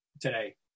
today